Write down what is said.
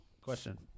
Question